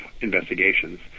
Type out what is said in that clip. investigations